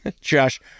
Josh